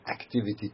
activity